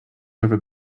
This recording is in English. over